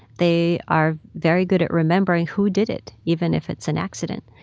they are very good at remembering who did it, even if it's an accident.